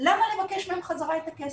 למה לבקש מהם חזרה את הכסף?